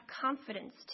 confidence